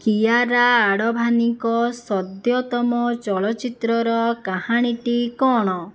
କିଆରା ଆଡ଼ଭାନୀଙ୍କ ସଦ୍ୟତମ ଚଳଚ୍ଚିତ୍ରର କାହାଣୀଟି କ'ଣ